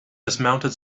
dismounted